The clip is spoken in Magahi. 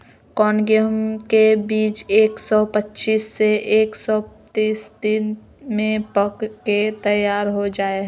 कौन गेंहू के बीज एक सौ पच्चीस से एक सौ तीस दिन में पक के तैयार हो जा हाय?